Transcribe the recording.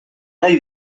nahi